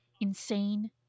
insane